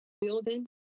building